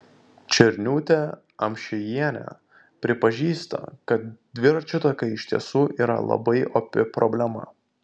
černiūtė amšiejienė pripažįsta kad dviračių takai iš tiesų yra labai opi problema